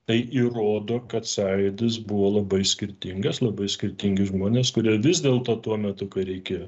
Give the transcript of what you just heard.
tai įrodo kad sąjūdis buvo labai skirtingas labai skirtingi žmonės kurie vis dėlto tuo metu kai reikėjo